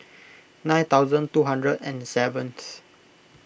nine thousand two hundred and seventh